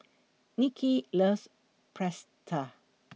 Nicky loves Pretzel